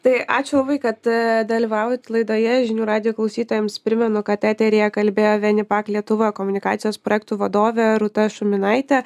tai ačiū labai kad ee dalyvavot laidoje žinių radijo klausytojams primenu kad eteryje kalbėjo venipak lietuva komunikacijos projektų vadovė rūta šuminaitė